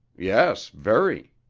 yes, very.